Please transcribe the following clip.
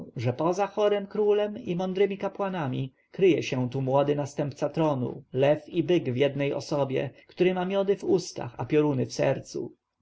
że poza chorym królem i mądrymi kapłanami kryje się tu młody następca tronu lew i byk w jednej osobie który ma miody w ustach a pioruny w sercu